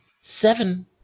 seven